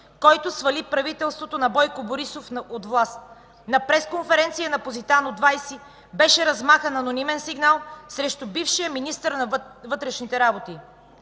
който свали правителството на Бойко Борисов от власт. На пресконференция на „Позитано” 20, беше размахан анонимен сигнал срещу бившия министър на вътрешните работи.